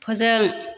फोजों